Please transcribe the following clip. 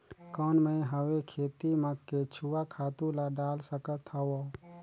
कौन मैं हवे खेती मा केचुआ खातु ला डाल सकत हवो?